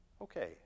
Okay